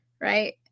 right